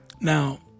Now